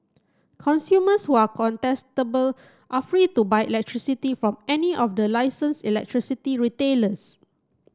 consumers who are contestable are free to buy electricity from any of the licensed electricity retailers